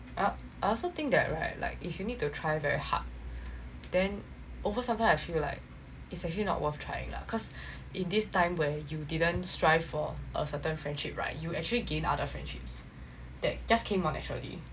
I also think that right like if you need to try very hard then over sometime I feel like it's actually not worth trying lah cause in this time where you didn't strive for a certain friendship right you actually gain other friendships that just came more naturally